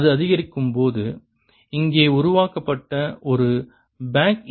அது அதிகரிக்கும் போது இங்கே உருவாக்கப்பட்ட ஒரு பேக் ஈ